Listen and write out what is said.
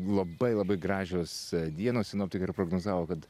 labai labai gražios dienos sinoptikai ir prognozavo kad